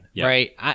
right